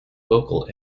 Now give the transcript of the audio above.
vocal